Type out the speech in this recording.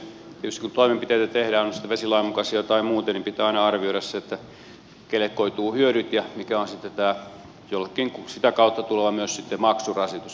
tietysti kun toimenpiteitä tehdään ovat ne sitten vesilain mukaisia tai muuten pitää aina arvioida se keille koituvat hyödyt ja mikä myös on sitten jollekin sitä kautta tuleva maksurasitus